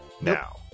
now